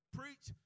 preach